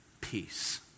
peace